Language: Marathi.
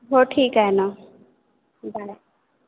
हो ठीक आहे ना बाय